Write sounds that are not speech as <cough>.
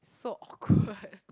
so awkward <breath>